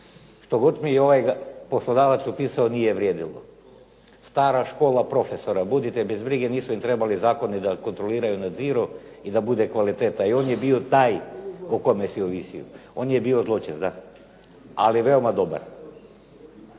što god mi ovaj poslodavac upisao nije vrijedilo. Stara škola profesora. Budite bez brige, nisu im trebali zakoni da kontroliraju, nadziru i da bude kvaliteta, i on je bio taj o kome si ovisio. On je bio zločest, ali veoma dobar.